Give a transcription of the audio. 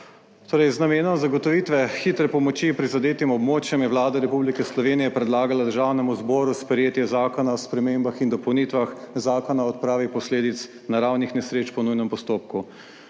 Z namenom zagotovitve hitre pomoči prizadetim območjem je Vlada Republike Slovenije predlagala Državnemu zboru sprejetje Zakona o spremembah in dopolnitvah Zakona o odpravi posledic naravnih nesreč po nujnem postopku.